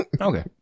Okay